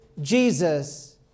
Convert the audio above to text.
Jesus